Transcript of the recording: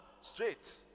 Straight